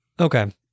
Okay